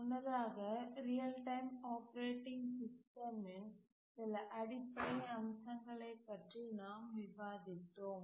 முன்னதாக real time operating சிஸ்டமின் சில அடிப்படை அம்சங்களைப் பற்றி நாம் விவாதித்தோம்